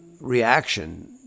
reaction